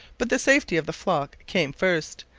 but the safety of the flock came first,